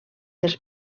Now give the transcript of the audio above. dels